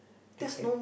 the step